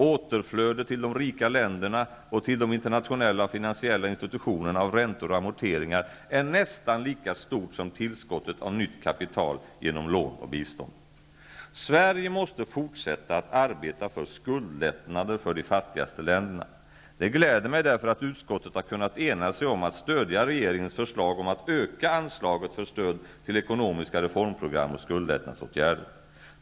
Återflödet till de rika länderna och till de internationella finansiella institutionerna av räntor och amorteringar är nästan lika stort som tillskottet av nytt kapital genom lån och bistånd. Sverige måste fortsätta att arbeta för skuldlättnader för de fattigaste länderna. Det gläder mig därför att utskottet har kunnat enas om att stödja regeringens förslag om att öka anslaget för stöd till ekonomiska reformprogram och skuldlättnadsåtgärder.